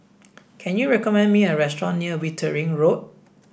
can you recommend me a restaurant near Wittering Road